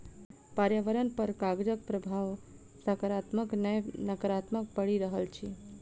पर्यावरण पर कागजक प्रभाव साकारात्मक नै नाकारात्मक पड़ि रहल अछि